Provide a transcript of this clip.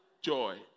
joy